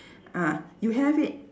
ah you have it